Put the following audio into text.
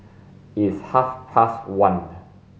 its half past one